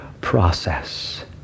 process